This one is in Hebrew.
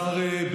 תודה לשר ביטון.